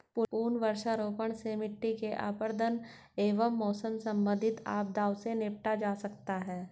पुनः वृक्षारोपण से मिट्टी के अपरदन एवं मौसम संबंधित आपदाओं से निपटा जा सकता है